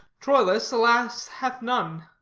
troilus, alas, hath none!